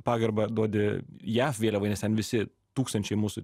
pagarbą duodi jav vėliavai nes ten visi tūkstančiai mūsų